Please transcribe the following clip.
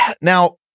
now